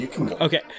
Okay